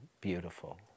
beautiful